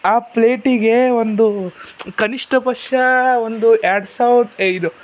ಆ ಪ್ಲೇಟಿಗೆ ಒಂದು ಕನಿಷ್ಟ ಪಕ್ಷ ಒಂದು ಎರಡು ಸಾವಿರ ಇದು